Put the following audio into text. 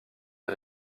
des